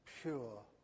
pure